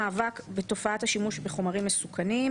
בחוק המאבק בתופעת השימוש בחומרים מסכנים,